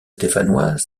stéphanois